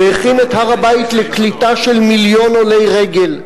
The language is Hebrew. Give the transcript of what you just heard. והכין את הר-הבית לקליטה של מיליון עולי רגל.